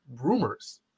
rumors